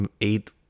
eight